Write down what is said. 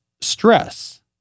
stress